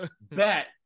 Bet